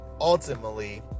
ultimately